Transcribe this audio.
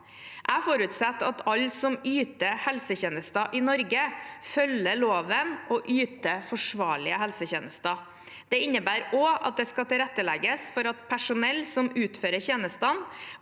Jeg forutsetter at alle som yter helsetjenester i Norge, følger loven og yter forsvarlige helsetjenester. Det innebærer også at det skal tilrettelegges for at personell som utfører tjenestene,